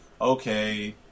okay